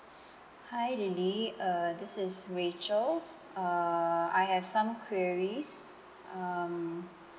hi lily uh this is rachel uh I have some queries um